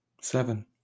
Seven